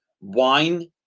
wine